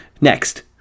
Next